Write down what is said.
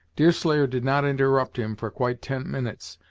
deerslayer did not interrupt him for quite ten minutes,